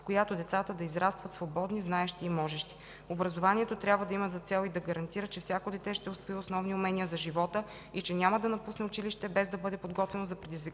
в която децата да израстват свободни, знаещи и можещи. Образованието трябва да има за цел и да гарантира, че всяко дете ще усвои основни умения за живота и че няма да напусне училище без да бъде подготвено за